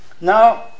Now